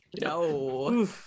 No